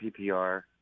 PPR